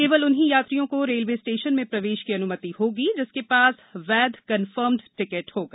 केवल उन्हीं यात्रियों को रेलवे स्टेशन में प्रवेश की अन्मति होगी जिसके पास वैध कन्फर्म्ड टिकट होगा